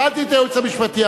שאלתי את הייעוץ המשפטי,